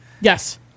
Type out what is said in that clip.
yes